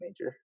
major